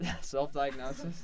Self-diagnosis